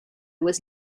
was